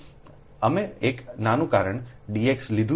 અમે એક નાનું કારણ dx લીધું છે અને લંબાઈ 1 મીટર છે